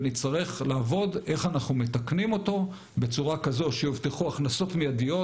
ונצטרך לעבוד על התיקון שלו בצורה כזאת שיובטחו הכנסות מידיות,